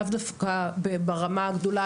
לאו דווקא ברמה הגדולה,